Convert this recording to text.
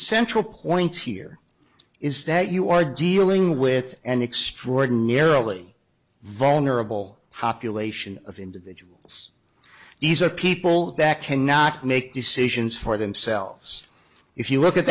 central point here is that you are dealing with an extraordinarily vulnerable population of individuals these are people that cannot make decisions for themselves if you look at